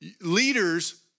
Leaders